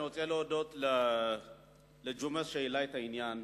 אני רוצה להודות לג'ומס שהעלה את העניין.